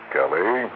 Kelly